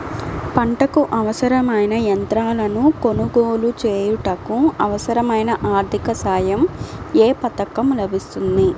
పంటకు అవసరమైన యంత్రాలను కొనగోలు చేయుటకు, అవసరమైన ఆర్థిక సాయం యే పథకంలో లభిస్తుంది?